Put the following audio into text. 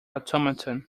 automaton